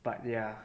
but ya